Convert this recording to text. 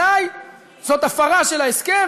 אזי זאת הפרה של ההסכם,